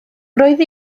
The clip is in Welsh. roedd